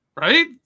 right